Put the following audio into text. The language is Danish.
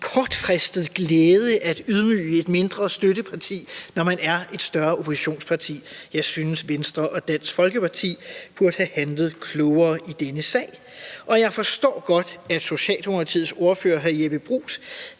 kortfristet glæde at ydmyge et mindre støtteparti, når man er et større oppositionsparti. Jeg synes, at Venstre og Dansk Folkeparti burde have handlet klogere i denne sag, og jeg forstår godt, at Socialdemokratiets ordfører, hr. Jeppe Bruus,